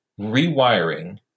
rewiring